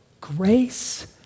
grace